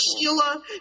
Sheila